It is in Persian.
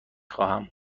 خواهم